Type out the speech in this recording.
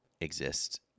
exist